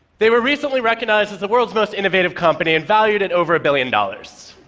they were recently recognized as the world's most innovative company and valued at over a billion dollars.